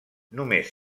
només